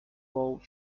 bulb